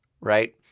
right